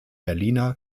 berliner